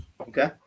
okay